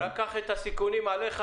רק קח את הסיכונים עליך,